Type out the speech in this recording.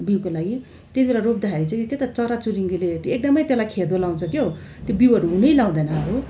बिउको लागि त्यति बेला रोप्दाखेरि चाहिँ त्यही त चराचुरुङ्गीले त्यो एकदमै त्यसलाई खेदो लाउँछ के हो त्यो बिउहरू हुनै लाउँदैन अरू